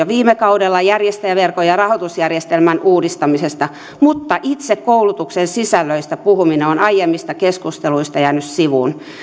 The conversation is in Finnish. viime kaudella järjestäjäverkon ja rahoitusjärjestelmän uudistamisesta mutta itse koulutuksen sisällöistä puhuminen on aiemmista keskusteluista jäänyt sivuun